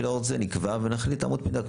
ולאור זאת נקבע ונחליט על אמות מידה.